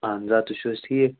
اَہَن حظ آ تُہۍ چھِو حظ ٹھیٖک